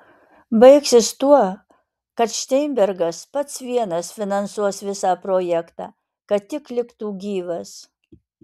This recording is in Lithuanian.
baigsis tuo kad šteinbergas pats vienas finansuos visą projektą kad tik liktų gyvas